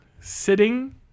Sitting